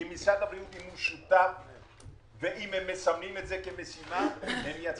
כי אם הם מסמנים את זה כמשימה הם יצליחו.